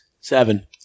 Seven